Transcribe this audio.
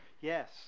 Yes